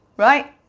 right.